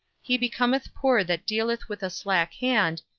he becometh poor that dealeth with a slack hand,